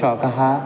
shock आहा